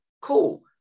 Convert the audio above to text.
cool